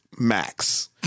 max